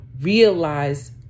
realize